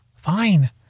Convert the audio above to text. fine